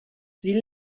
sie